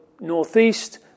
northeast